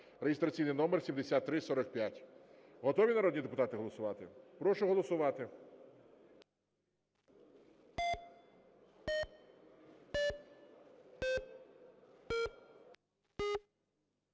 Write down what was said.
(реєстраційний номер 7345). Готові народні депутати голосувати? Прошу голосувати.